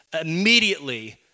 immediately